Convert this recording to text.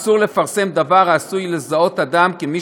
אסור לפרסם דבר העשוי לזהות אדם כמי